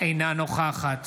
אינה נוכחת